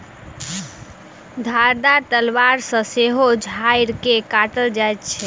धारदार तलवार सॅ सेहो झाइड़ के काटल जाइत छै